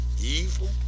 evil